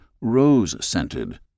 rose-scented